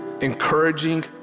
encouraging